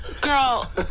Girl